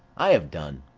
i have done.